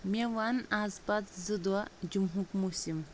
مےٚ ون از پتہٕ زٕ دۄہ جُمہُک موٗسِم